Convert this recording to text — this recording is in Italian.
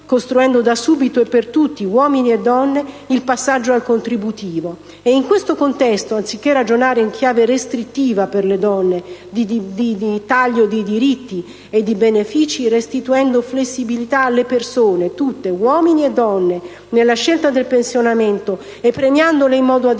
costruendo da subito e per tutti, uomini e donne, il passaggio al contributivo. In questo contesto, anziché ragionare in chiave restrittiva per le donne e di taglio di diritti e di benefici, si dovrebbe restituire flessibilità a tutte le persone, uomini e donne, nella scelta del pensionamento, e premiandole in modo adeguato